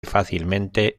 fácilmente